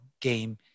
game